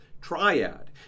triad